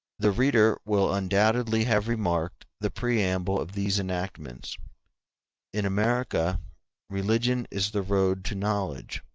the reader will undoubtedly have remarked the preamble of these enactments in america religion is the road to knowledge,